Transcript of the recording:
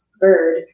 bird